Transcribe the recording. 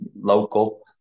local